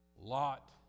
Lot